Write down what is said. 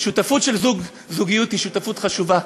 שותפות של זוגיות היא שותפות חשובה.